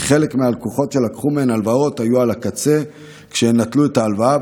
כי חלק מהלקוחות שלקחו מהן הלוואות היו על הקצה כשהם נטלו את ההלוואה,